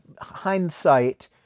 hindsight